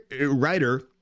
writer